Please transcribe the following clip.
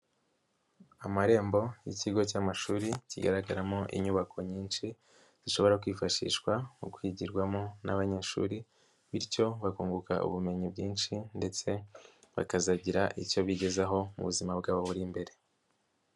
Amarembo y'ikigo cy'amashuri kigaragaramo inyubako nyinshi zishobora kwifashishwa mu kwigirwamo n'abanyeshuri, bityo bakunguka ubumenyi bwinshi ndetse bakazagira icyo bigezaho mu buzima bwabo buri imbere.